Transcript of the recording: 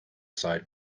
side